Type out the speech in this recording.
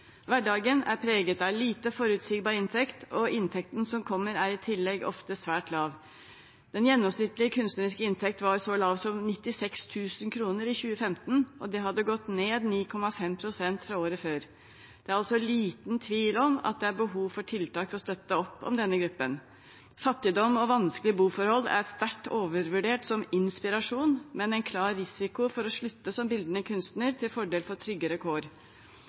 Hverdagen er preget av lite forutsigbar inntekt og inntekten som kommer, er i tillegg ofte svært lav. Den gjennomsnittlige kunstneriske inntekten var så lav som 96 000 kr i 2015 – det hadde gått ned 9,5 pst. fra året før. Det er altså liten tvil om at det er behov for tiltak for å støtte opp om denne gruppen. Fattigdom og vanskelige boforhold er sterkt overvurdert som inspirasjon, men er en klar risiko for å slutte som bildende kunster til fordel for tryggere kår.